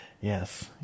Yes